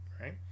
right